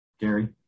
Gary